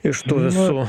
iš tų visų